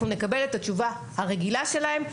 אנחנו נקבל את התשובה הרגילה שלהם,